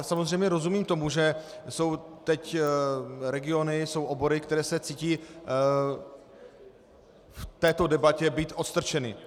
Samozřejmě rozumím tomu, že jsou regiony, že jsou obory, které se cítí v této debatě být odstrčeny.